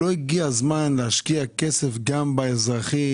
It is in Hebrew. לא הגיע הזמן להשקיע כסף גם באזרחי,